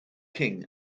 king